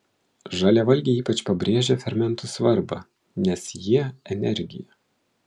žaliavalgiai ypač pabrėžia fermentų svarbą nes jie energija